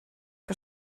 que